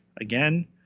again